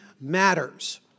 matters